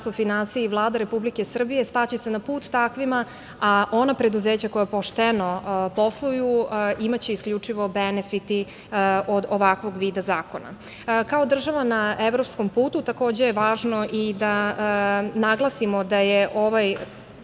finansija i Vlada Republike Srbije staće se na put takvima, a ona preduzeća koja pošteno posluju, imaće isključivo benefite od ovakvog vida zakona. Kao država na evropskom putu, takođe je važno i da naglasimo da je ovaj